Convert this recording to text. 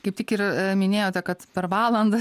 kaip tik ir minėjote kad per valandą